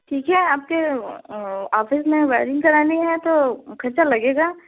ठीक है आपके ऑफिस में वायरिंग करानी है तो खर्चा लगेगा